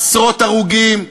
עשרות הרוגים,